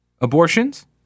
abortions